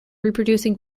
reproducing